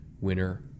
winner